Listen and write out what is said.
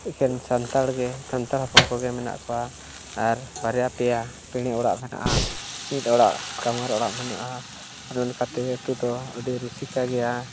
ᱮᱠᱮᱱ ᱥᱟᱱᱛᱟᱲ ᱜᱮ ᱥᱟᱱᱛᱟᱲ ᱦᱚᱯᱚᱱ ᱠᱚᱜᱮ ᱢᱮᱱᱟᱜ ᱠᱚᱣᱟ ᱟᱨ ᱵᱟᱨᱭᱟ ᱯᱮᱭᱟ ᱯᱮᱲᱮ ᱚᱲᱟᱜ ᱢᱮᱱᱟᱜᱼᱟ ᱢᱤᱫ ᱚᱲᱟᱜ ᱠᱟᱢᱟᱨ ᱚᱲᱟᱜ ᱢᱮᱱᱟᱜᱼᱟ ᱟᱨ ᱚᱱᱠᱟᱛᱮ ᱟᱹᱛᱩ ᱫᱚ ᱟᱹᱰᱤ ᱨᱩᱥᱤᱠᱟ ᱜᱮᱭᱟ